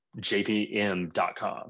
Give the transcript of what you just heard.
jpm.com